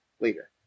later